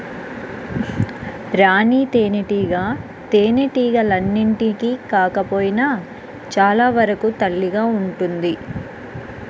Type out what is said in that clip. రాణి తేనెటీగ తేనెటీగలన్నింటికి కాకపోయినా చాలా వరకు తల్లిగా ఉంటుంది